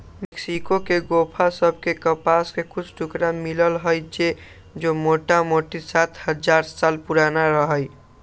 Mexico के गोफा सभ में कपास के कुछ टुकरा मिललइ र जे मोटामोटी सात हजार साल पुरान रहै